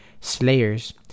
slayers